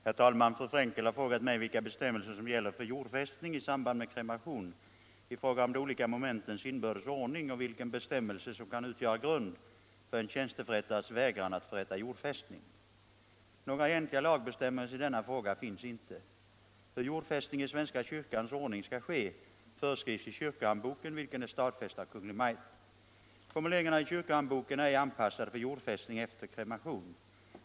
Herr talman! Fru Frenkel har frågat mig vilka bestämmelser som gäller för jordfästning i samband med kremation i fråga om de olika momentens inbördes ordning, och vilken bestämmelse som kan utgöra grund för en tjänsteförrättares vägran att förrätta jordfästning. Några egentliga lagbestämmelser i denna fråga finns inte. Hur jordfästning i svenska kyrkans ordning skall ske föreskrivs i kyrkohandboken, vilken är stadfäst av Kungl. Maj:t. Formuleringarna i kyrkohandboken är ej anpassade för jordfästning efter kremation.